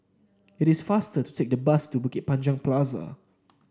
it is faster to take the bus to Bukit Panjang Plaza